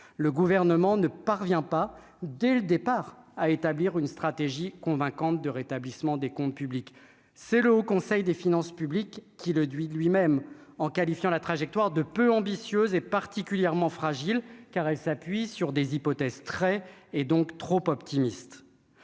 le gouvernement ne parvient pas dès le départ, à établir une stratégie convaincante de rétablissement des comptes publics, c'est le Haut Conseil des finances publiques qui le dit lui-même, en qualifiant la trajectoire de peu ambitieuse et particulièrement fragile car elle s'appuie sur des hypothèses très et donc trop optimiste